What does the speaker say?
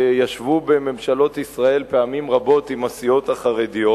שישבו בממשלות ישראל פעמים רבות עם הסיעות החרדיות,